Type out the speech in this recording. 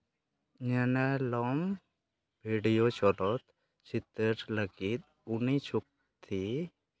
ᱧᱮᱱᱮᱞᱚᱢ ᱨᱮᱰᱤᱭᱳ ᱪᱚᱞᱚᱛ ᱪᱤᱛᱟᱹᱨ ᱞᱟᱹᱜᱤᱫ ᱩᱱᱤ ᱪᱚᱠᱛᱤ